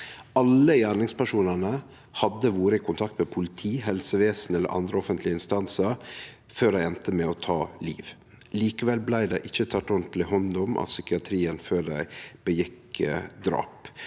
Alle gjerningspersonane hadde vore i kontakt med politi, helsevesen eller andre offentlege instansar før dei enda med å ta liv. Likevel blei dei ikkje tekne ordentleg hand om av psykiatrien før dei gjorde drap.